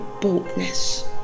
boldness